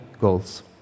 goals